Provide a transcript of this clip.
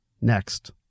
Next